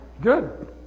Good